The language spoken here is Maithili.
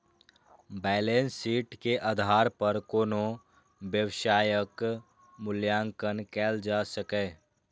बैलेंस शीट के आधार पर कोनो व्यवसायक मूल्यांकन कैल जा सकैए